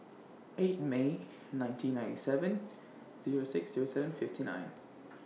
eight May nineteen ninety seven Zero six Zero seven fifty nine